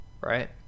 right